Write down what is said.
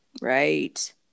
Right